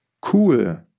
cool